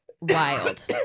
wild